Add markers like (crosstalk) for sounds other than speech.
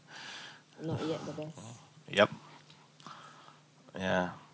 (breath) yup (breath) yeah